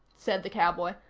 said the cowboy,